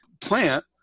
plant